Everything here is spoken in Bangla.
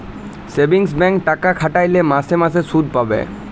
সেভিংস ব্যাংকে টাকা খাটাইলে মাসে মাসে সুদ পাবে